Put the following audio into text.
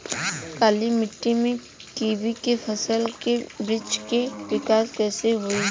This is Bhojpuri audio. काली मिट्टी में कीवी के फल के बृछ के विकास कइसे होई?